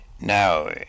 Now